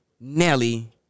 Nelly